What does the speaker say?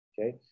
okay